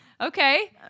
Okay